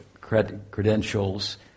credentials